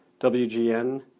WGN